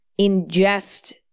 ingest